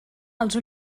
els